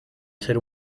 hacer